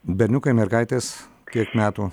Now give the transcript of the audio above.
berniukai mergaitės kiek metų